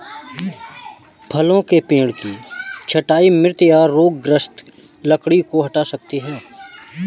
फलों के पेड़ की छंटाई मृत या रोगग्रस्त लकड़ी को हटा सकती है